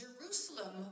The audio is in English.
Jerusalem